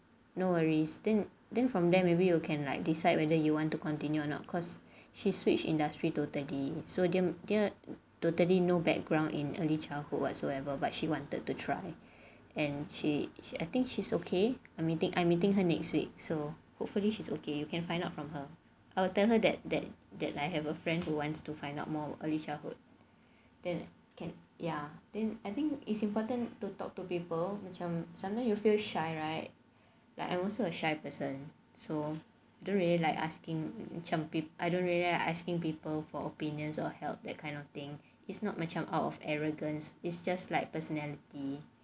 no worries then then from there maybe you can like decide whether you want to continue or not cause she switch industry totally so dia totally no background in early childhood whatsoever but she wanted to try and she she I think she's okay I'm meeting her next week so hopefully she's okay you can find out from her I will tell her that that that I have a friend who wants to find out more early childhood then can ya then I think it's important to talk to people macam sometimes you feel shy right I am also a shy person so I don't really like asking I don't really asking people for opinions or held that kind of thing it's not macam out of arrogance is just like personality